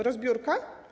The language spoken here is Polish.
Rozbiórka?